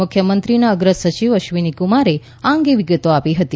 મુખ્યમંત્રીના અગ્રસચિવ અશ્વિનીકુમારે આ અંગે વિગતો આપી હતી